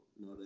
no